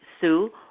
Sue